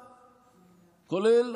כולל,